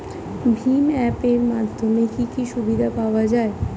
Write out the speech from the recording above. ভিম app এর মাধ্যমে কি কি সুবিধা পাওয়া যায়?